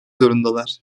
zorundalar